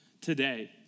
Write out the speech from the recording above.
today